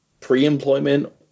pre-employment